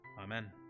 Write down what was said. Amen